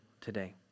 today